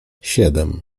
siedem